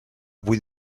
vuit